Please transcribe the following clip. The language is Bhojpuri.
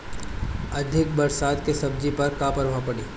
अधिक बरसात के सब्जी पर का प्रभाव पड़ी?